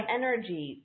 energy